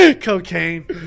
Cocaine